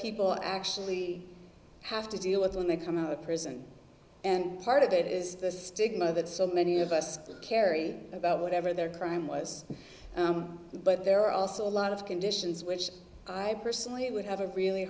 people actually have to deal with when they come out of prison and part of it is the stigma that so many of us carry about whatever their crime was but there are also a lot of conditions which i personally would have a really